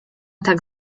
tak